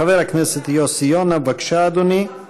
חבר הכנסת יוסי יונה, בבקשה אדוני, ואחריו,